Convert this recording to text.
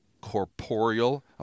corporeal